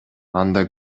анда